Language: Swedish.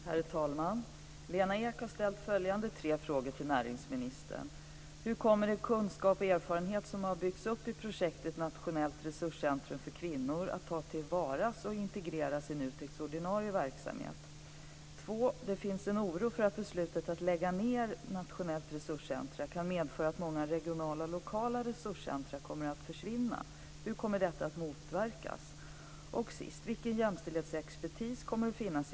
Herr talman! Lena Ek har ställt följande tre frågor till näringsministern: Hur kommer den kunskap och erfarenhet som har byggts upp i projektet Nationellt resurscentrum för kvinnor att tas till vara och integreras i NU Det finns en oro för att beslutet att lägga ned nationella resurscentrum kan komma att medföra att många regionala och lokala resurscentrum kommer att försvinna. Hur kommer detta att motverkas?